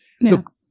Look